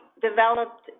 developed